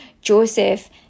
Joseph